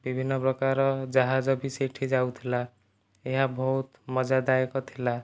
ବିଭିନ୍ନ ପ୍ରକାର ଜାହାଜ ବି ସେଇଠି ଯାଉଥିଲା ଏହା ବହୁତ ମଜାଦାୟକ ଥିଲା